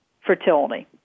fertility